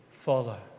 Follow